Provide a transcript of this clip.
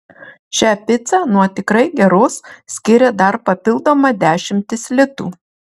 šią picą nuo tikrai geros skiria dar papildoma dešimtis litų